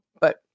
but-